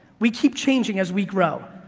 we keep changing as we grow.